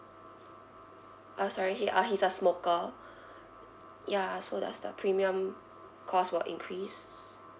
uh sorry he uh he's a smoker yeah so does the premium cost will increase